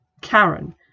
Karen